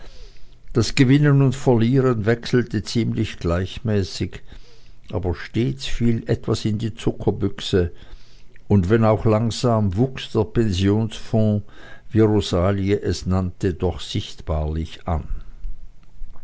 das gewinnen und verlieren wechselte ziemlich gleichmäßig aber stets fiel etwas in die zuckerbüchse und wenn auch langsam wuchs der pensionsfonds wie rosalie es nannte doch sichtbarlich an